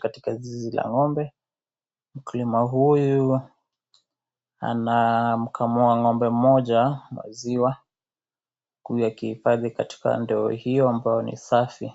katika zizi la ng'ombe. Mkulima huyu anamkamua ng'ombe mmoja maziwa huku akihiyafadhi katika ndoo hiyo ambayo ni safi.